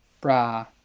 bra